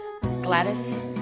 Gladys